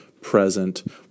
present